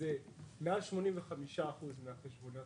מעל 85 אחוזים מהחשבוניות